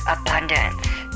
abundance